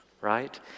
right